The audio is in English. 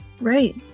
Right